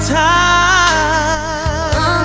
time